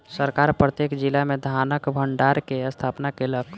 सरकार प्रत्येक जिला में धानक भण्डार के स्थापना केलक